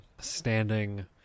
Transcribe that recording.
standing